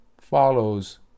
follows